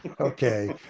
okay